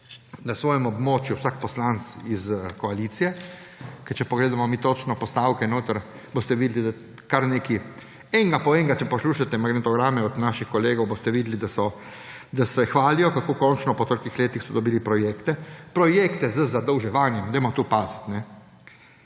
na svojem območju vsak poslanec iz koalicije, ker če pogledamo točno postavke, boste notri videli enega po enega in če poslušate magnetograme naših kolegov, boste videli, da se hvalijo, kako končno po toliko letih so dobili projekte – projekte z zadolževanjem, dajmo to paziti!